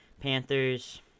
Panthers